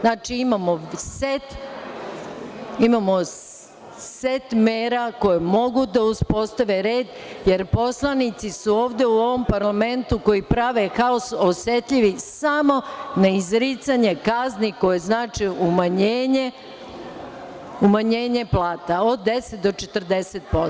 Znači, imamo set mera koje mogu da uspostave red, jer poslanici su ovde u ovom parlamentu koji prave haos osetljivi samo na izricanje kazne koje znače umanjenje plata od 10% do 40%